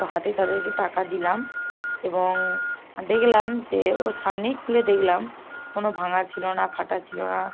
তো হাতেই তাদেরকে টাকা দিলাম এবং দেখলাম যে ওর সামনেই খুলেই দেখলাম কোনো ভাঙা ছিল না ফাটা ছিল না